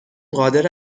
قادر